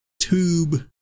Tube